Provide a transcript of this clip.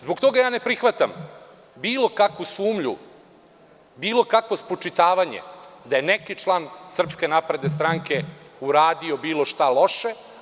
Zbog toga ne prihvatam bilo kakvu sumnju, bilo kakvo spočitavanje da je neki član SNS uradio bilo šta loše.